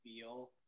feel